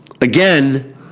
again